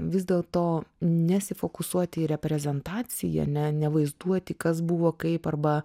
vis dėl to nesifokusuoti į reprezentaciją ne nevaizduoti kas buvo kaip arba